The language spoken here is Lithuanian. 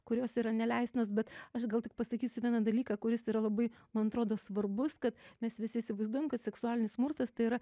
kurios yra neleistinos bet aš gal tik pasakysiu vieną dalyką kuris yra labai man atrodo svarbus kad mes visi įsivaizduojam kad seksualinis smurtas tai yra